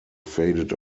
faded